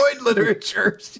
literature